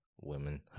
women